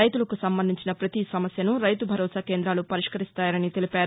రైతులకు సంబంధించిన పతి సమస్యను రైతుభరోసా కేంద్రాలు పరిష్కరిస్తాయని తెలిపారు